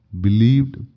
believed